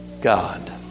God